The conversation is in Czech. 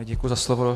Děkuji za slovo.